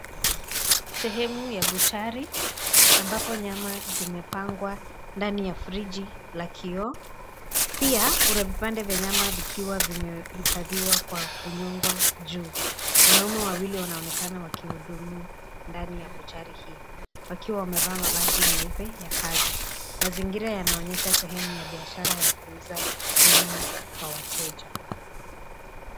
Sehemu ya buchari ambapo nyama zimepangwa ndani ya frigi la kioo, pia kuna vipande vya nyama vikiwa vimehifadhiwa kwa kunyongwa juu wanaume wawili wanaonekana wakihudumu ndani ya buchari hii wakiwa wamevaa mavazi meupe ya kazi, mazingira yanaonyesha sehemu ya biashara ya kuuza nyama kwa wateja.